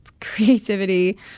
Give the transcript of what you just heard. creativity